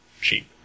cheap